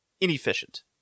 Inefficient